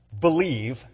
believe